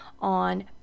on